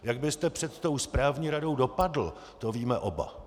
Jak byste před tou správní radou dopadl, to víme oba.